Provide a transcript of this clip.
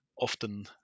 Often